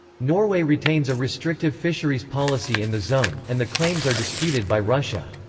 norway retains a restrictive fisheries policy in the zone, and the claims are disputed by russia.